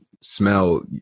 smell